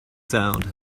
sound